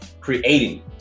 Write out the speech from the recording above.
creating